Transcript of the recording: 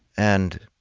and